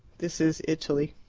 this is italy.